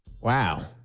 Wow